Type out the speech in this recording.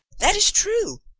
that is true.